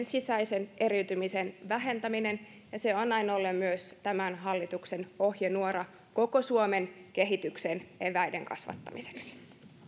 sisäisen eriytymisen vähentäminen ja se on näin ollen myös tämän hallituksen ohjenuora koko suomen kehityksen eväiden kasvattamiseksi